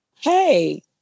Hey